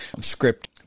script